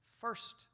first